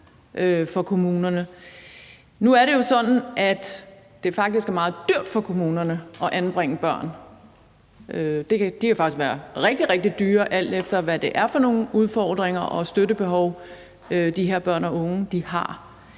Nu er det jo sådan, at det faktisk er meget dyrt for kommunerne at anbringe børn. Det kan faktisk være rigtig, rigtig dyrt, alt efter hvad det er for nogle udfordringer og støttebehov, de her børn og unge har.